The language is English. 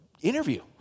interview